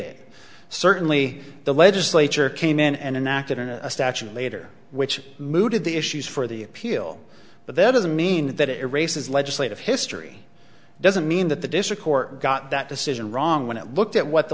it certainly the legislature came in and enact it in a statute later which mooted the issues for the appeal but that doesn't mean that it races legislative history doesn't mean that the district court got that decision wrong when it looked at what the